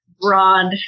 broad